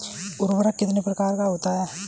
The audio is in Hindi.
उर्वरक कितने प्रकार का होता है?